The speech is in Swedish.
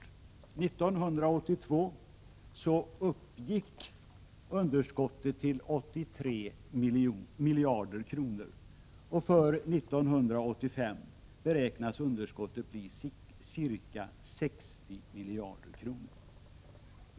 1982 uppgick underskottet till 83 miljarder kronor. För 1985 beräknas underskottet bli ca 60 miljarder kronor.